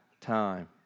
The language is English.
time